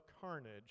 Carnage